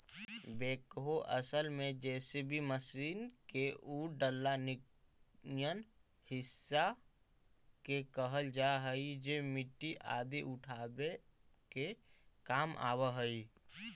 backhoe असल में JCB machine के उ डला निअन हिस्सा के कहल जा हई जे मट्टी आदि उठावे के काम आवऽ हई